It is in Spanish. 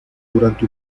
durante